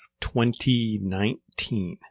2019